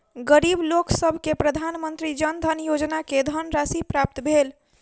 गरीब लोकसभ के प्रधानमंत्री जन धन योजना के धनराशि प्राप्त भेल